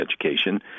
education